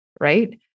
right